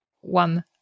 one